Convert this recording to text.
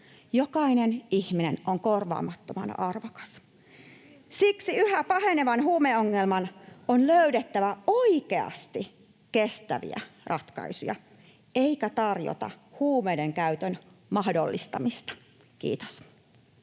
Jokainen ihminen on korvaamattoman arvokas. [Aino-Kaisa Pekosen välihuuto] Siksi yhä pahenevaan huumeongelmaan on löydettävä oikeasti kestäviä ratkaisuja eikä tarjottava huumeidenkäytön mahdollistamista. — Kiitos.